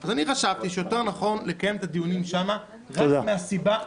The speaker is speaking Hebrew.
אז אני חשבתי שיותר נכון לקיים את הדיונים שם רק מהסיבה --- תודה.